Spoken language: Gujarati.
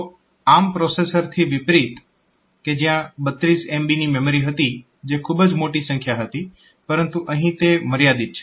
તો ARM પ્રોસેસરથી વિપરીત કે જ્યાં 32 MB મેમરી હતી જે ખૂબ મોટી સંખ્યા હતી પરંતુ અહીં તે મર્યાદિત છે